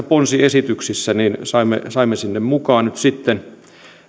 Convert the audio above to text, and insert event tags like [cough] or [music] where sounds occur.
[unintelligible] ponsiesitykseen saimme saimme mukaan nyt sitten